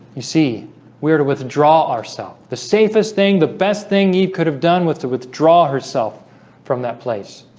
you see we're to withdraw ourself the safest thing the best thing he could have done with to withdraw herself from that place